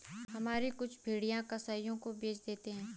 हम हमारी कुछ भेड़ें कसाइयों को बेच देते हैं